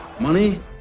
Money